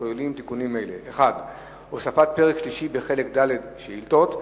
הכוללת תיקונים אלה: 1. הוספת פרק שלישי בחלק ד' שאילתות,